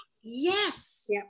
Yes